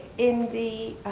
in the